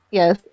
Yes